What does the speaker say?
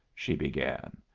she began.